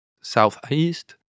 southeast